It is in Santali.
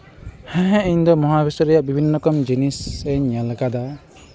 ᱦᱮᱸ ᱤᱧᱫᱚ ᱢᱚᱦᱟ ᱵᱤᱥᱥᱚ ᱨᱮᱭᱟᱜ ᱵᱤᱵᱷᱤᱱᱱᱚ ᱨᱚᱠᱚᱢ ᱡᱤᱱᱤᱥ ᱤᱧ ᱧᱮᱞ ᱠᱟᱫᱟ